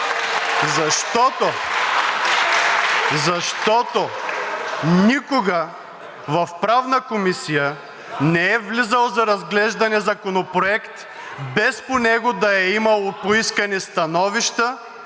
защото никога в Правната комисия не е влизал за разглеждане законопроект, без по него да е имало поискани становища